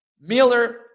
Miller